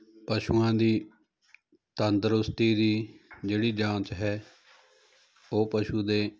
ਪਸ਼ੂਆਂ ਦੀ ਤੰਦਰੁਸਤੀ ਦੀ ਜਿਹੜੀ ਜਾਂਚ ਹੈ ਉਹ ਪਸ਼ੂ ਦੇ